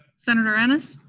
senator ennis?